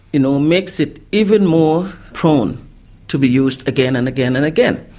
you know, makes it even more prone to be used again and again and again.